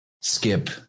skip